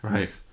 Right